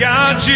God